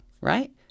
right